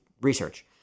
research